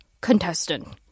contestant